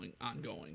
ongoing